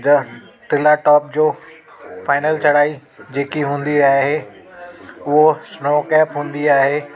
जा टिला टॉप जो फाइनल चढ़ाई जेकी हूंदी आहे उहो स्नो कैप हूंदी आहे